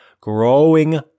growing